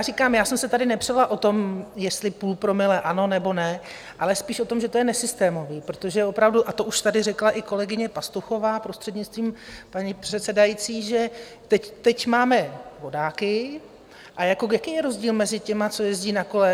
Říkám, já jsem se tady nepřela o tom, jestli 0,5 promile ano, nebo ne, ale spíš o tom, že to je nesystémové, protože opravdu, a to už tady řekla i kolegyně Pastuchová, prostřednictvím paní předsedající, že teď máme vodáky, a jaký je rozdíl mezi těmi, co jezdí na kole?